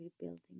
rebuilding